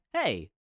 Hey